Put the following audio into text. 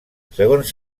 segons